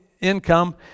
income